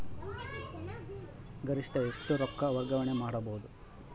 ಗರಿಷ್ಠ ಎಷ್ಟು ರೊಕ್ಕ ವರ್ಗಾವಣೆ ಮಾಡಬಹುದು?